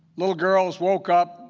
little girls woke up,